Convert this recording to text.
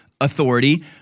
authority